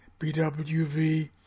BWV